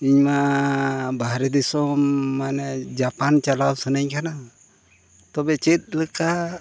ᱤᱧᱢᱟ ᱵᱟᱦᱨᱮ ᱫᱤᱥᱚᱢ ᱢᱟᱱᱮ ᱡᱟᱯᱟᱱ ᱪᱟᱞᱟᱣ ᱥᱟᱱᱟᱧ ᱠᱟᱱᱟ ᱛᱚᱵᱮ ᱪᱮᱫ ᱞᱮᱠᱟ